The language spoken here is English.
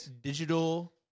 digital